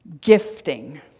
gifting